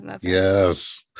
Yes